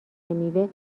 میوه